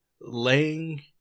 laying